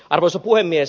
arvoisa puhemies